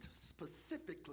specifically